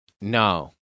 No